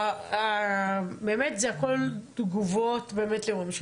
באמת זה הכול תגובות לאירועים.